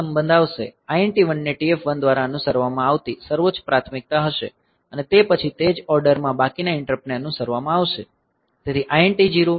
INT1 ને TF1 દ્વારા અનુસરવામાં આવતી સર્વોચ્ચ પ્રાથમિકતા હશે અને તે પછી તે જ ઓર્ડરમાં બાકીના ઈંટરપ્ટ ને અનુસરવામાં આવશે